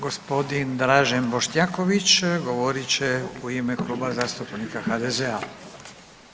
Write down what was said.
Gospodin Dražen Bošnjaković govorit će u ime Kluba zastupnika HDZ-a.